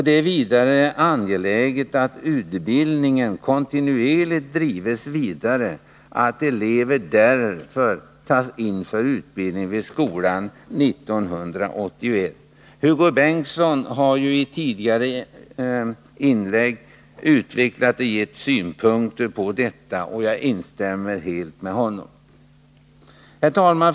Det är vidare angeläget att utbildningen kontinuerligt drivs vidare och att elever därför tas in för utbildning vid skolan även hösten 1981. Hugo Bengtsson har gett synpunkter på detta tidigare, och jag instämmer i vad han har anfört.